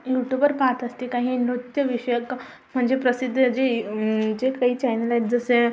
YouTuber पाहत असते काही नृत्यविषयक म्हणजे प्रसिद्ध जे जे कई चॅनेल आहेत जसे